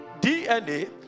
DNA